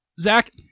Zach